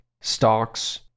stocks